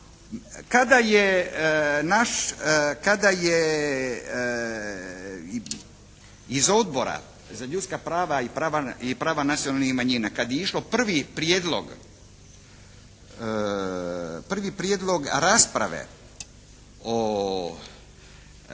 kada je iz Odbora za ljudska prava i prava nacionalnih manjina kada je išao prvi prijedlog, prvi